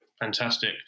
Fantastic